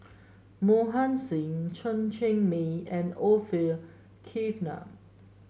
Mohan Singh Chen Cheng Mei and Orfeur Cavenagh